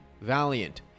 Valiant